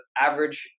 average